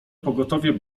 pogotowie